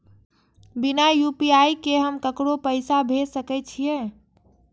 बिना यू.पी.आई के हम ककरो पैसा भेज सके छिए?